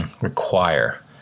require